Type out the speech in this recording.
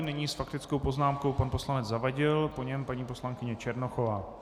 Nyní s faktickou poznámkou pan poslanec Zavadil, po něm paní poslankyně Černochová.